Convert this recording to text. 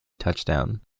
touchdown